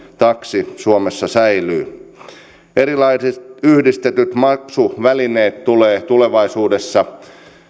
taksi suomessa säilyy erilaiset yhdistetyt maksuvälineet tulevat tulevaisuudessa